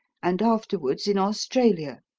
and afterwards in australia.